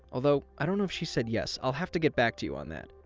although, i don't know if she said yes! i'll have to get back to you on that!